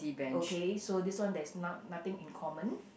okay so this one there's no~ nothing in common